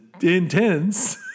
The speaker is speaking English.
intense